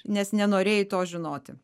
nes nenorėjai to žinoti